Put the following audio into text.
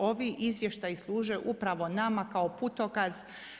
Ovi izvještaji služe upravo nama kao putokaz.